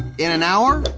in an hour?